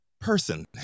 person